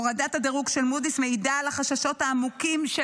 הורדת הדירוג של מודי'ס מעידה על החששות העמוקים של